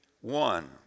one